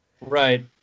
Right